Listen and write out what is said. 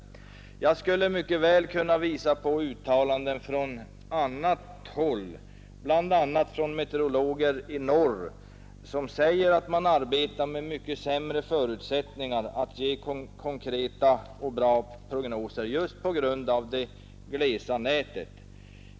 Jag skulle kunna åberopa uttalanden från annat håll, bl.a. från meteorologer i norr, som säger att de arbetar med mycket sämre förutsättningar att kunna ge konkreta och bra prognoser just på grund av det glesa nätet.